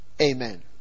amen